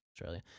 Australia